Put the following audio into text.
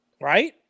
Right